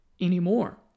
anymore